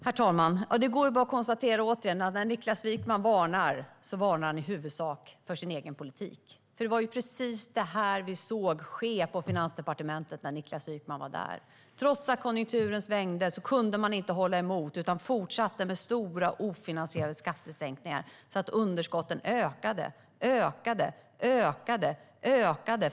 Herr talman! Låt mig åter konstatera att när Niklas Wykman varnar så varnar han i huvudsak för sin egen politik. Det var ju precis detta som skedde på Finansdepartementet när Niklas Wykman var där. Trots att konjunkturen svängde kunde man inte hålla emot utan fortsatte med stora, ofinansierade skattesänkningar så att underskottet ökade och ökade.